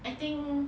I think